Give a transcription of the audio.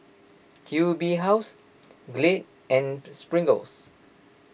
Q B House Glade and